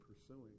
pursuing